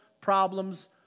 problems